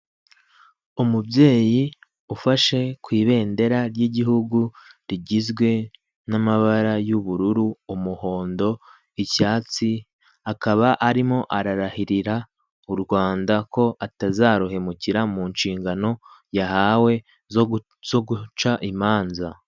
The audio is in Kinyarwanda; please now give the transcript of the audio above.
Umubyeyi ufashe ku ibendera ry'igihugu rigizwe n'amabara y'ubururu, umuhondo, icyatsi, akaba arimo ararahirira u Rwanda ko atazaruhemukira mu nshingano yahawe zo guca imanza.